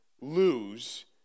lose